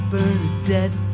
Bernadette